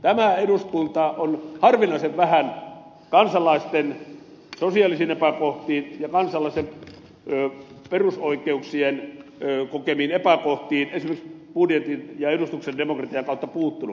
tämä eduskunta on harvinaisen vähän kansalaisten sosiaalisin epäkohtiin ja kansalaisten perusoikeuksissa kokemiin epäkohtiin esimerkiksi budjetin ja edustuksellisen demokratian kautta puuttunut